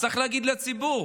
אז צריך להגיד לציבור: